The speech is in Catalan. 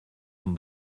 amb